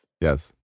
Yes